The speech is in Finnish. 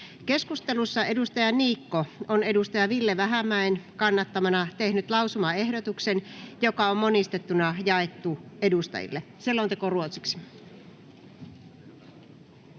Keskustelussa Mika Niikko on Ville Vähämäen kannattamana tehnyt lausumaehdotuksen, joka on monistettuna jaettu edustajille. (Pöytäkirjan